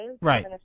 Right